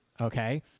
Okay